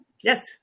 Yes